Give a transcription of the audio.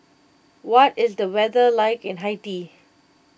what is the weather like in Haiti